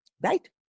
right